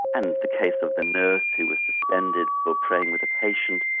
and the case of the nurse who was suspended for praying with a patient.